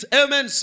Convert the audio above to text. amen